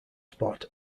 spot